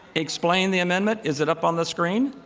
explain the amendment. is it up on the screen?